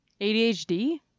ADHD